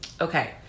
Okay